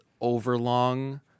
overlong